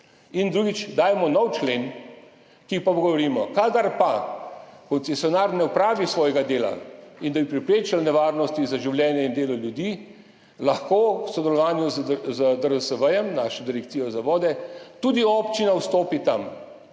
In drugič, dajemo nov člen, kjer govorimo, da kadar pa koncesionar ne opravi svojega dela in da bi preprečili nevarnosti za življenje in delo ljudi, lahko v sodelovanju z DRSV, našo direkcijo za vode, tudi občina vstopi tam